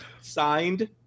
Signed